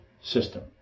system